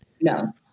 No